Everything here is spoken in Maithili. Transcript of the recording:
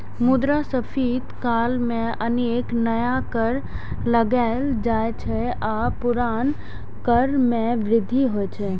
मुद्रास्फीति काल मे अनेक नया कर लगाएल जाइ छै आ पुरना कर मे वृद्धि होइ छै